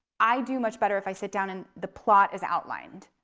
i do much better if i sit down and the plot is outlined.